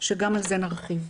שגם על זה נרחיב.